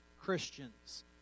Christians